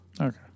Okay